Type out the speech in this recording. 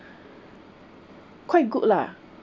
quite good lah